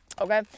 Okay